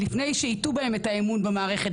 לפני שייטעו בהם את האמון במערכת.